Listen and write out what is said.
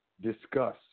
discuss